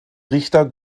richter